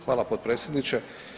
Hvala potpredsjedniče.